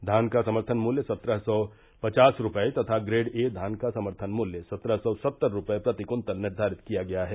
धान का समर्थन मूल्य सत्रह सौ पचास रूपये तथा ग्रेड ए धान का समर्थन मुल्य सत्रह सौ सत्तर रूपये प्रति कृत्तल निर्धारित किया गया है